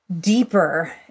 deeper